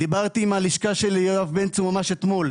דיברתי עם הלשכה של יואב בן צור ממש אתמול,